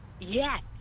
Yes